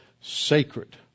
sacred